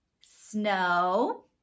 snow